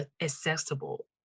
accessible